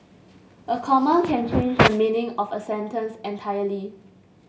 a comma can change the meaning of a sentence entirely